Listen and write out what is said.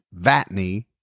Vatney